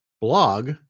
blog